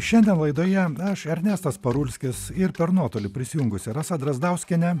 šiandien laidoje aš ernestas parulskis ir per nuotolį prisijungusi rasa drazdauskienė